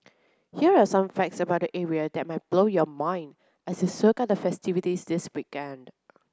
here are some facts about the area that may blow your mind as you soak up the festivities this weekend